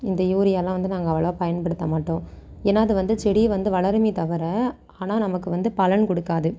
இந்த யூரியாவெலாம் வந்து நாங்கள் அவ்வளவா பயன்படுத்த மாட்டோம் ஏன்னா அது வந்து செடி வந்து வளருமே தவிர ஆனால் நமக்கு வந்து பலன் கொடுக்காது